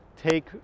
take